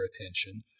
attention